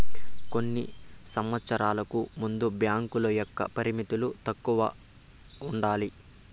కొన్ని సంవచ్చరాలకు ముందు బ్యాంకుల యొక్క పరిమితులు తక్కువ ఉండాలి